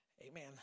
Amen